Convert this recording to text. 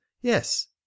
Yes